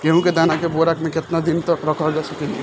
गेहूं के दाना के बोरा में केतना दिन तक रख सकिले?